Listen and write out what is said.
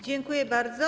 Dziękuję bardzo.